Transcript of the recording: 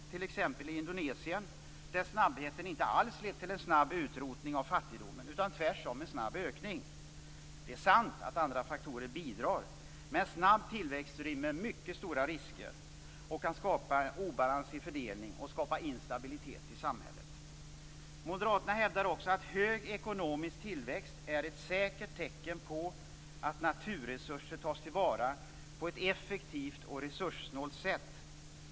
Det gäller t.ex. i Indonesien, där snabbheten inte alls lett till en snabb utrotning av fattigdomen utan tvärtom till en snabb ökning av den. Det är sant att andra faktorer bidrar, men en snabb tillväxt rymmer mycket stora risker, kan skapa obalans i fördelningen och förorsaka instabilitet i samhället. Moderaterna hävdar också att hög ekonomisk tillväxt är ett säkert tecken på att naturresurser tas till vara på ett effektivt och resurssnålt sätt.